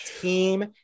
team